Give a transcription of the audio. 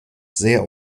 sehr